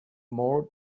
more